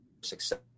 success